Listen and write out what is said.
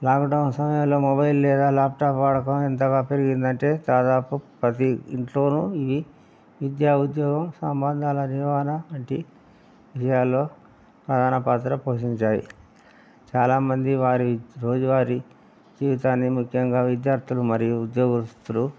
lockdown సమయంలో mobile లేదా laptop వాడకం ఎంతగా పెరిగిందంటే దాదాపు ప్రతీ ఇంట్లోనూ ఇవి విద్యా ఉద్యోగం సంబంధాల నివారణ వంటి విషయాల్లో ప్రధాన పాత్ర పోషించాయి చాలామంది వారి రోజువారి జీవితాన్ని ముఖ్యంగా విద్యార్థులు మరియు ఉద్యోగస్తులు